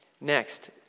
Next